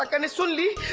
like and suddenly